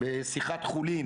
בשיחת חולין